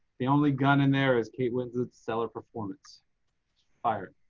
the only gun in there as kate winslet seller performance fire.